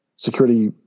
security